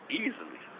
easily